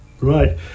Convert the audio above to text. Right